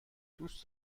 دوست